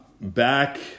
back